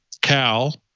Cal